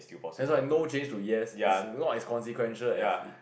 that's why no change to yes is not as consequential as